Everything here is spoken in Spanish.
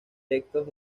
textos